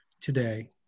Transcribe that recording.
today